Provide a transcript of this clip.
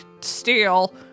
steal